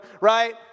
right